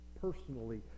personally